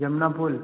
Yamuna पुल